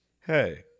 Hey